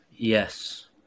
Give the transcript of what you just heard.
Yes